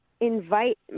invite